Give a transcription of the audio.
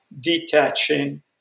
detaching